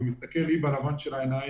ומסתכל לי בלבן של העיניים.